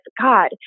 god